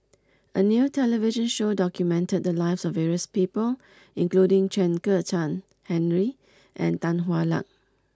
a new television show documented the lives of various people including Chen Kezhan Henri and Tan Hwa Luck